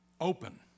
Open